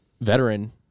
veteran